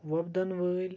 وۄبدَن وٲلۍ